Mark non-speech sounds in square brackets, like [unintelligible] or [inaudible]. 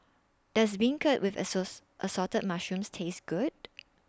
Does Beancurd with [unintelligible] Assorted Mushrooms Taste Good